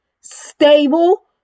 stable